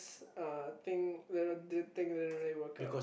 uh thing little thing didn't really work out